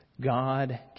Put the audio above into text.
God